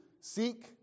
seek